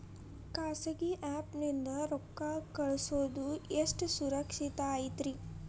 ಖಾಸಗಿ ಆ್ಯಪ್ ನಿಂದ ರೊಕ್ಕ ಕಳ್ಸೋದು ಎಷ್ಟ ಸುರಕ್ಷತಾ ಐತ್ರಿ?